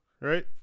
Right